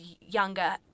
younger